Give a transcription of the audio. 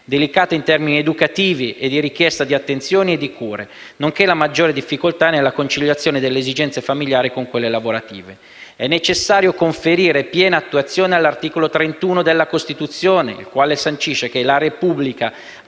delicata in termini educativi e di richiesta di attenzioni e cure, nonché in ragione della maggiore difficoltà di conciliare le esigenze familiari con quelle lavorative. È necessario conferire piena attuazione all'articolo 31 della Costituzione, che sancisce che «La Repubblica